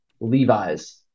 Levi's